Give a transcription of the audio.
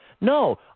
No